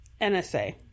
NSA